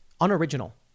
unoriginal